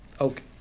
Okay